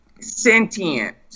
Sentient